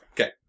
Okay